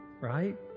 Right